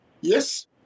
yes